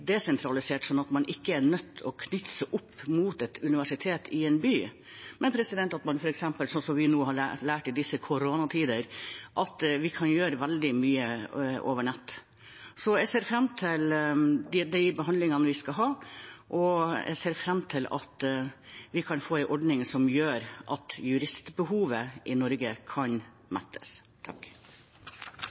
desentralisert, sånn at man ikke er nødt til å knytte seg opp mot et universitet i en by, men at man f.eks. – som vi nå har lært i disse koronatider – kan gjøre veldig mye over nett. Jeg ser fram til de behandlingene vi skal ha, og jeg ser fram til at vi kan få en ordning som gjør at juristbehovet i Norge kan mettes.